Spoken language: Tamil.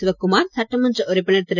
சிவக்குமார் சட்டமன்ற உறுப்பினர் திரு